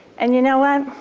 and you know what?